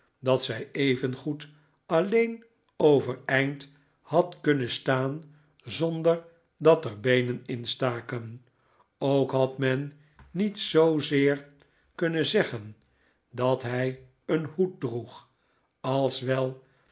dat zij evengoed alleen overeind had kunnen staan zonder dat er beenen in staken ook had men niet zoozeer kunnen zeggen dat hij een hoed droeg als wel